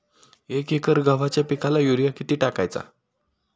एक एकर गव्हाच्या पिकाला युरिया किती टाकायचा?